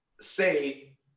say